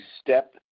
step